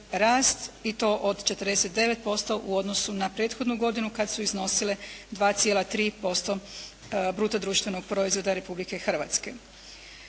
i to od 49% u odnosu na prethodnu godinu kad su iznosile 2,3% bruto društvenog proizvoda Republike Hrvatske.